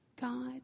God